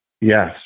Yes